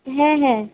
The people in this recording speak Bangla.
হ্যাঁ হ্যাঁ